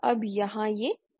अब यहाँ यह UX दिया गया है